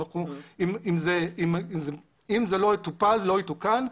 אם זה לא יטופל ולא יתוקן,